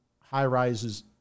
high-rises